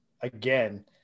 again